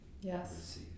Yes